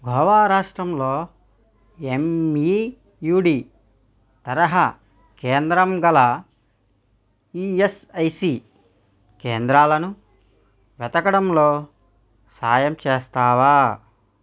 గోవా రాష్ట్రంలో ఎమ్ఈయూడి తరహా కేంద్రం గల ఈయస్ఐసి కేంద్రాలను వెతకడంలో సాయం చేస్తావా